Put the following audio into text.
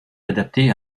adapté